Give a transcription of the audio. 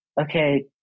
okay